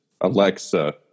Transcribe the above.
Alexa